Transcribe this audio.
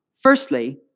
firstly